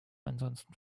ansonsten